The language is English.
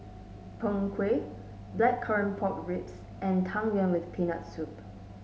Png Kueh Blackcurrant Pork Ribs and Tang Yuen with Peanut Soup